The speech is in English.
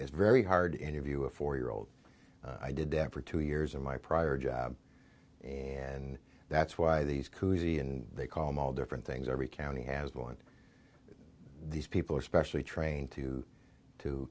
is very hard interview a four year old i did that for two years in my prior job and that's why these cousy and they call me all different things every county has one these people are specially trained to to